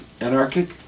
Anarchic